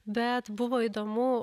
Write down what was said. bet buvo įdomu